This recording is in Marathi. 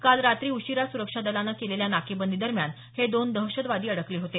काल रात्री उशीरा सूरक्षा दलानं केलेल्या नाकेबंदी दरम्यान हे दोन दहशतवादी अडकले होते